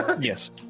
yes